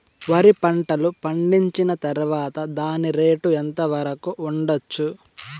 వరి పంటలు పండించిన తర్వాత దాని రేటు ఎంత వరకు ఉండచ్చు